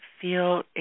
feel